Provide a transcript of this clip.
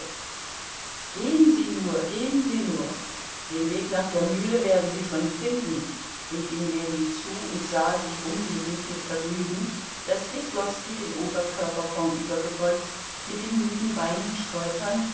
gehen sie nur gehen sie nur den weg nach der mühle werden sie schon finden rief ihm ljewin zu und sah sich umblickend mit vergnügen daß weslowski den oberkörper vornübergebeugt mit den müden beinen stolpernd